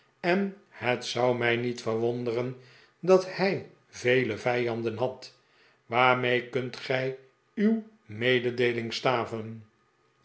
en het zou mij niet verwonderen dat hij vele vijanden had waarmede kunt gij uw mededeelingen staven